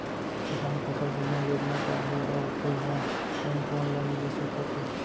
किसान फसल बीमा योजना का हे अऊ ए हा कोन कोन ला मिलिस सकत हे?